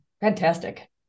Fantastic